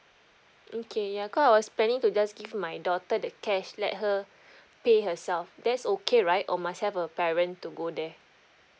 okay ya cause I was planning to just give my daughter the cash let her pay herself that's okay right or must have a parent to go there